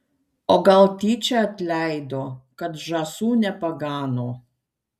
o gal tyčia atleido kad žąsų nepagano